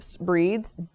breeds